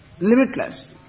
limitless